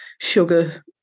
sugar